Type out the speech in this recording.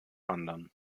anderen